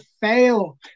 fail